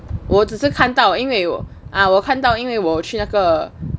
我只是看到因为啊我看到因为我去那个